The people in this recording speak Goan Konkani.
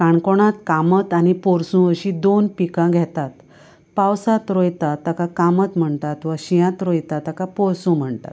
काणकोणांत कामत आनी पोरसूं अशी दोन पिकां घेतात पावसांत रोयतात तेका कामत म्हणटात वा शियांत रोयता तेका पोरसूं म्हणटा